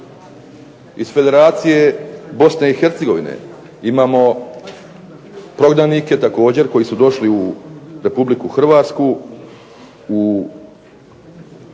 Iz Federacije Bosne i Hercegovine imamo prognanike također koji su došli u Republiku Hrvatsku,